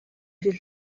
siis